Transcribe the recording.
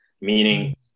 meaning